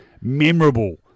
memorable